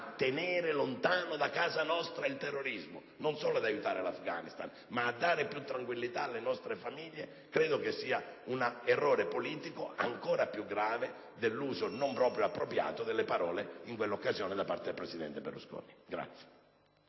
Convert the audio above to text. tenere lontano da casa nostra il terrorismo, e non solo ad aiutare l'Afghanistan ma anche a dare più tranquillità alle nostre famiglie) credo sia un errore politico ancor più grave dell'uso, non del tutto appropriato in quella occasione, di quelle parole da parte del presidente Berlusconi.